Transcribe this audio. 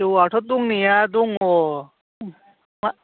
जौआथ' दंनाया दङ मा